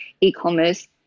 e-commerce